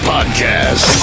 Podcast